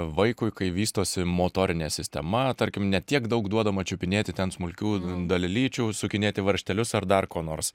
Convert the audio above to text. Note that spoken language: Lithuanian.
vaikui kai vystosi motorinė sistema tarkim ne tiek daug duodama čiupinėti ten smulkių dalelyčių sukinėti varžtelius ar dar ko nors